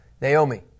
Naomi